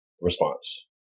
response